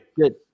Good